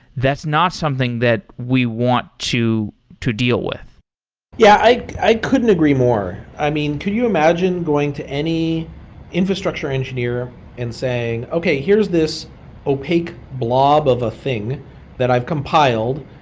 that's not something that we want to to deal with yeah. i i couldn't agree more. i mean, could you imagine going to any infrastructure engineer and saying, okay, here's this opaque blob of a thing that i've compiled.